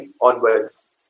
onwards